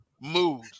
mood